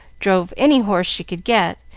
drove any horse she could get,